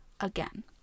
again